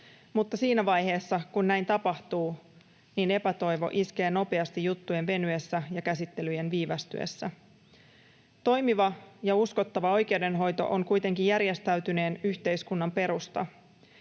Mutta siinä vaiheessa, kun näin tapahtuu, epätoivo iskee nopeasti juttujen venyessä ja käsittelyjen viivästyessä. Toimiva ja uskottava oikeudenhoito on kuitenkin järjestäytyneen yhteiskunnan perusta.